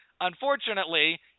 Unfortunately